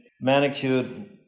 manicured